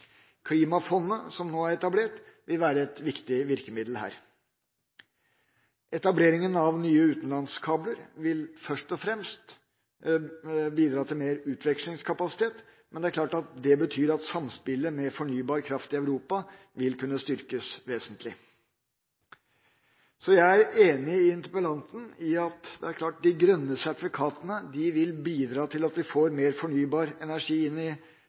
Klimafondet som nå er etablert, vil være et viktig virkemiddel her. Etableringa av nye utenlandskabler vil først og fremst bidra til mer utvekslingskapasitet, men det er klart at det betyr at samspillet med fornybar kraft i Europa vil kunne styrkes vesentlig. Jeg er enig med interpellanten i at de grønne sertifikatene vil bidra til at vi får mer fornybar energi inn